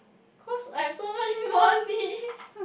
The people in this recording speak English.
cause I've so much money